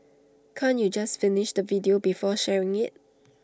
can't you just finish the video before sharing IT